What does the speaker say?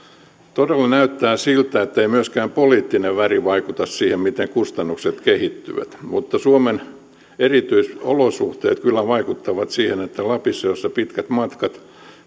todella näyttää siltä ettei myöskään poliittinen väri vaikuta siihen miten kustannukset kehittyvät mutta suomen erityisolosuhteet kyllä vaikuttavat siihen että lapissa pitkät matkat ja